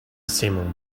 simum